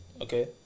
okay